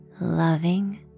loving